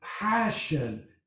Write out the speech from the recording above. passion